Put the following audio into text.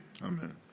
Amen